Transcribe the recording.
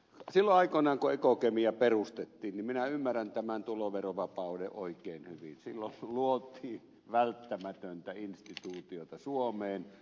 silloin aikoinaan kun ekokem perustettiin minä ymmärsin tämän tuloverovapauden oikein hyvin silloin luotiin välttämätöntä instituutiota suomeen